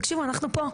תקשיבו אנחנו פה,